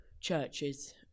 churches